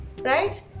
Right